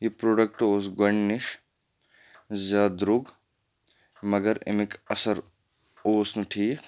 یہِ پرٛوڈَکٹ اوس گۄ نِش زیادٕ دروٚگ مگر اَمِکۍ اَثَر اوس نہٕ ٹھیٖک